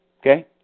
Okay